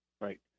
Right